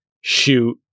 shoot